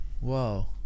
Whoa